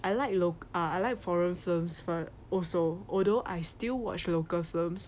I like look loc~ ah I like foreign films for also although I still watch local films